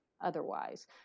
Otherwise